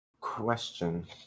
Question